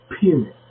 Period